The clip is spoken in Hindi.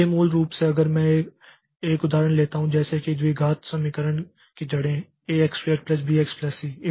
इसलिए मूल रूप से अगर मैं एक ही उदाहरण लेता हूं जैसे कि द्विघात समीकरण की जड़ें ax2 b c